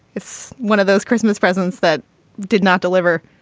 it's one of those christmas presents that did not deliver.